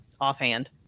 offhand